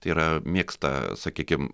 tai yra mėgsta sakykim